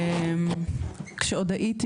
כשעוד הייתי,